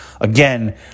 again